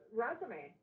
resume